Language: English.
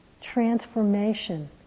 transformation